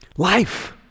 Life